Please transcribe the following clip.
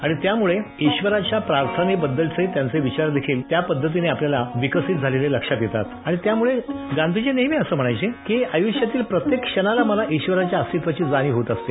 आणि त्यामुळे ईश्वराच्या प्रार्थनेबद्दलचे त्यांचे विचार देखील त्या पद्धतीने आपल्याला विकसित झालेले लक्षात येतात आणि त्यामुळे गांधीजी नेहमी असं म्हणायचे की आयुष्यातील प्रत्येक क्षणाला मला ईश्वराच्या अस्तिवाची जाणीव होत असते